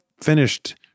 finished